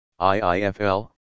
IIFL